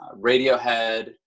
Radiohead